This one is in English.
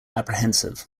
apprehensive